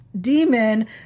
demon